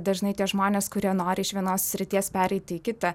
dažnai tie žmonės kurie nori iš vienos srities pereiti į kitą